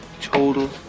total